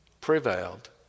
prevailed